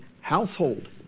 household